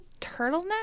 turtleneck